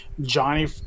Johnny